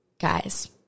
guys